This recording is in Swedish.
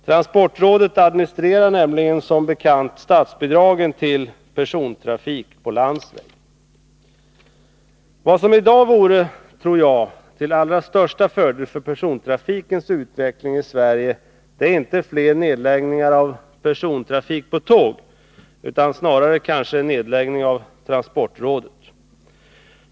Transportrådet administrerar nämligen som bekant statsbidragen till persontrafik på landsväg. Vad som i dag vore till allra största fördel för persontrafikens utveckling i Sverige är inte fler nedläggningar av persontrafik genom tåg utan kanske snarare nedläggning av transportrådet.